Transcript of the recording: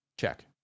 check